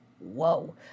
whoa